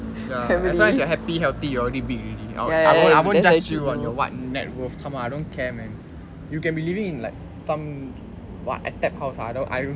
ya as long as you are happy healthy you already big I won't I won't judge you on your what net worth come on I don't care man you can be living in like some !wah! attached house ah !wah!